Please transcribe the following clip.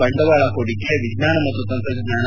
ಬಂಡವಾಳ ಹೂಡಿಕೆ ವಿಜ್ಞಾನ ಮತ್ತು ತಂತ್ರಜ್ಞಾನ